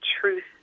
truth